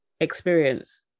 experience